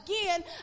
again